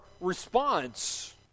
response